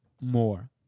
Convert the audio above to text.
more